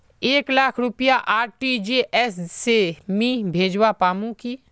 एक लाख रुपया आर.टी.जी.एस से मी भेजवा पामु की